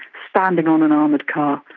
standing on an armoured car,